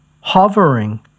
hovering